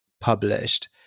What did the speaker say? published